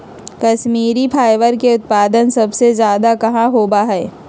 Kashmiri fibre के उत्पादन सबसे ज्यादा कहाँ होबा हई?